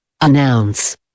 Announce